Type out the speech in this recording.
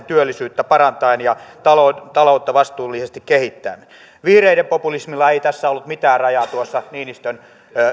työllisyyttä parantaen ja taloutta vastuullisesti kehittäen vihreiden populismilla ei ollut mitään rajaa tuossa niinistön